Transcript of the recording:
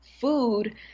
food